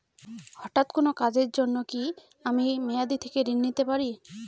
হঠাৎ কোন কাজের জন্য কি আমি মেয়াদী থেকে ঋণ নিতে পারি?